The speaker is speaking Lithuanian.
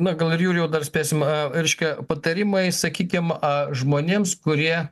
na gal ir jurijau dar spėsim reiškia patarimai sakykim a žmonėms kurie